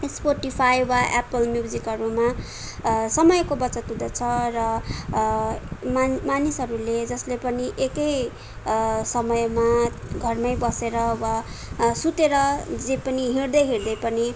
Spotify वा Apple म्युजिकहरूमा समयको बचत हुँदछ र मानी मानिसहरूले जसले पनि एकै समयमा घरमै बसेर वा सुतेर जे पनि हिँड्दै हिँड्दै पनि